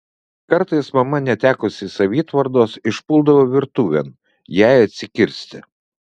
kartais mama netekusi savitvardos išpuldavo virtuvėn jai atsikirsti